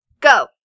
go